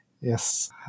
Yes